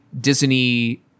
Disney